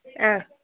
ആ